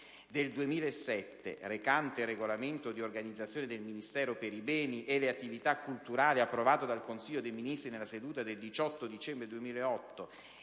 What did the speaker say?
del 2007, recante il regolamento di organizzazione del Ministero per i beni e le attività culturali, approvato dal Consiglio dei ministri nella seduta del 18 dicembre 2008